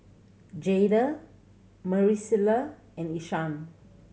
Jaeda Maricela and Ishaan